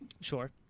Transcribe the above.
Sure